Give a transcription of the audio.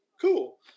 cool